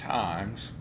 times